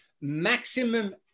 maximum